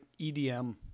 EDM